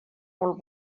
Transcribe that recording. molt